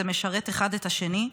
זה משרת אחד את השני.